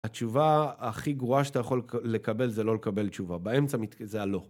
התשובה הכי גרועה שאתה יכול לקבל זה לא לקבל תשובה, באמצע זה הלא.